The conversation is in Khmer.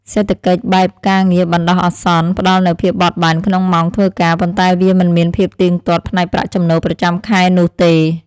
សេដ្ឋកិច្ចបែបការងារបណ្ដោះអាសន្នផ្តល់នូវភាពបត់បែនក្នុងម៉ោងធ្វើការ ប៉ុន្តែវាមិនមានភាពទៀងទាត់ផ្នែកប្រាក់ចំណូលប្រចាំខែនោះទេ។